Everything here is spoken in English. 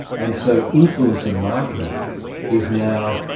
and so influencer marketing is now,